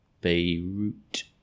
Beirut